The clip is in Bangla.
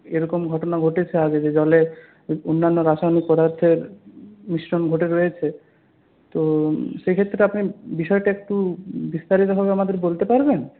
এরকম ঘটনা ঘটেছে আগে যে জলে অন্যান্য রাসায়নিক পদার্থের মিশ্রণ ঘটে রয়েছে তো সেক্ষেত্রে আপনি বিষয়টা একটু বিস্তারিতভাবে আমাদের বলতে পারবেন